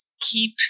keep